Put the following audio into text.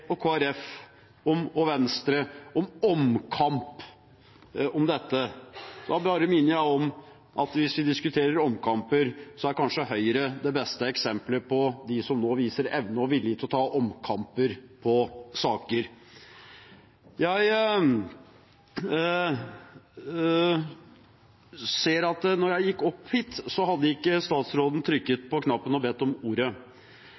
Venstre om omkamp om dette. Da minner jeg bare om at hvis vi diskuterer omkamper, er kanskje Høyre det beste eksempelet på dem som nå viser evne og vilje til å ta omkamper på saker. Jeg ser at statsråden da jeg gikk opp hit, ikke hadde trykket på knappen og bedt om ordet.